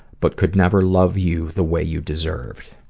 but could never love you the way you deserved.